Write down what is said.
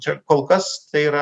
čia kol kas tai yra